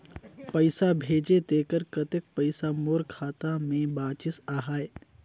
पइसा भेजे तेकर कतेक पइसा मोर खाता मे बाचिस आहाय?